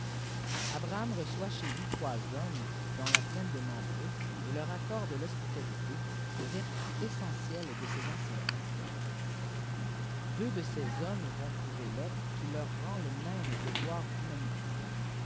abraham reçoit dtez juî trois hommes dans la plaine de mambré et leur accopdé l'hospitalité vertu essentidue de ces anciens temps ittnx de ces hommi vont trouver loth qui leur rend le même devoir humanité